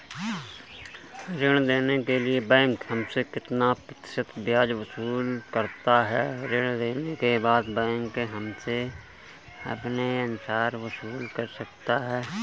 ऋण देने के लिए बैंक हमसे कितना प्रतिशत ब्याज वसूल करता है?